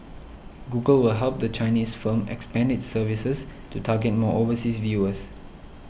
Google will help the Chinese firm expand its services to target more overseas viewers